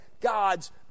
God's